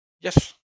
Yes